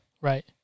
Right